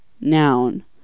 noun